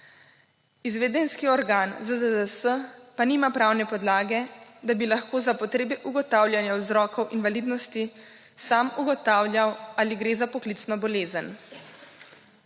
Izvedenski organ ZZZS pa nima pravne podlage, da bi lahko za potrebe ugotavljanja vzrokov invalidnosti sam ugotavljal, ali gre za poklicno bolezen.